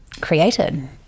created